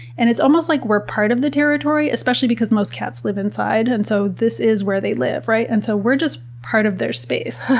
and it's almost like we're part of the territory, especially because most cats live inside. and so this is where they live, right? and so we're just part of their space.